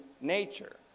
nature